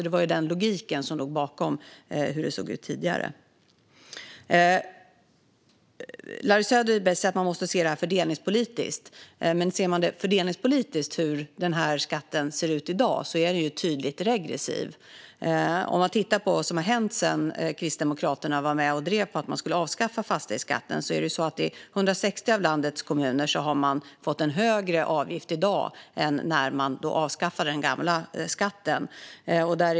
Det var den logiken som låg bakom hur det såg ut tidigare. Larry Söder säger att man måste se det fördelningspolitiskt. Ser man fördelningspolitiskt hur avgiften ser ut i dag är den tydligt regressiv. Om man tittar på vad som har hänt sedan Kristdemokraterna var med och drev att man skulle avskaffa fastighetsskatten har man i 160 av landets kommuner fått en högre avgift i dag än när man avskaffade den gamla skatten.